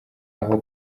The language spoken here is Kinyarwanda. aho